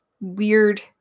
weird